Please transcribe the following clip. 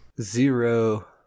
Zero